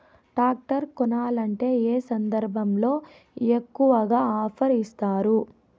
Tractor కొనాలంటే ఏ సందర్భంలో ఎక్కువగా ఆఫర్ ఇస్తారు?